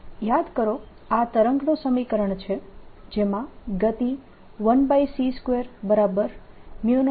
યાદ કરો આ તરંગનું સમીકરણ છે જેમાં ગતિ 1c200 છે